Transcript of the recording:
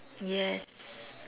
yes